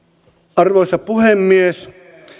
arvoisa puhemies